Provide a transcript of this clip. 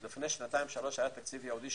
לפני שנתיים-שלוש היה תקציב ייעודי,